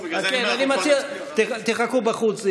אני מציע שתחכו בחוץ.